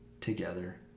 together